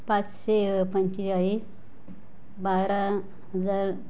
पाचशे पंचेचाळीस बारा हजार